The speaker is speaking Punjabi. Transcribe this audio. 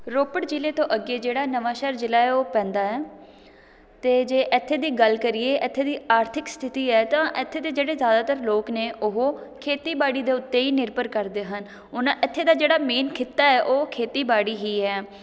ਰੋਪੜ ਜ਼ਿਲ੍ਹੇ ਤੋਂ ਅੱਗੇ ਜਿਹੜਾ ਨਵਾਂਸ਼ਹਿਰ ਜ਼ਿਲ੍ਹਾ ਹੈ ਉਹ ਪੈਂਦਾ ਹੈ ਅਤੇ ਜੇ ਇੱਥੇ ਦੀ ਗੱਲ ਕਰੀਏ ਇੱਥੇ ਦੀ ਆਰਥਿਕ ਸਥਿਤੀ ਹੈ ਤਾਂ ਇੱਥੇ ਦੇ ਜਿਹੜੇ ਜ਼ਿਆਦਾਤਰ ਲੋਕ ਨੇ ਉਹ ਖੇਤੀਬਾੜੀ ਦੇ ਉੱਤੇ ਹੀ ਨਿਰਭਰ ਕਰਦੇ ਹਨ ਉਹਨਾਂ ਇੱਥੇ ਦਾ ਜਿਹੜਾ ਮੇਨ ਕਿੱਤਾ ਹੈ ਉਹ ਖੇਤੀਬਾੜੀ ਹੀ ਹੈ